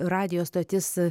radijo stotis